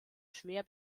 schwer